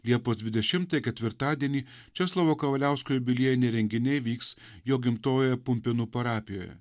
liepos dvidešimtąją ketvirtadienį česlovo kavaliausko jubiliejiniai renginiai vyks jo gimtojoje pumpėnų parapijoje